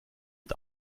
und